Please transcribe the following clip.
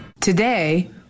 Today